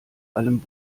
allem